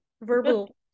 verbal